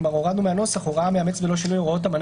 כלומר הורדנו מהנוסח הוראה מאמצת בלא שינוי הוראות אמנה